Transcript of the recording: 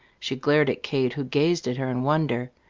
she glared at kate who gazed at her in wonder.